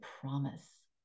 promise